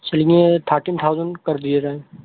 چلیے thirteen thousand کر دیے رہیں